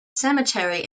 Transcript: cemetery